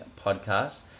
podcast